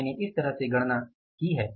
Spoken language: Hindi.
मैंने इस तरह से गणना की है